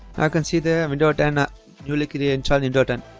i can see their window ten ah new luckily incheon indoor turn